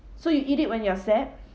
so you eat it when you're sad